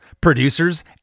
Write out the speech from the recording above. producers